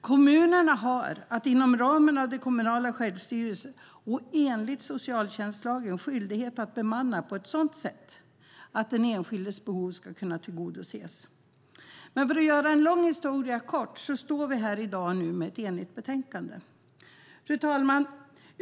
Kommunerna har inom ramen av den kommunala självstyrelsen och enligt socialtjänstlagen skyldighet att bemanna på ett sådant sätt att den enskildes behov ska kunna tillgodoses. För att göra en lång historia kort står vi nu här i dag med ett enigt betänkande. Fru talman!